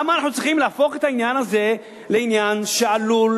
למה אנחנו צריכים להפוך את העניין הזה לעניין שעלול